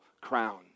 crown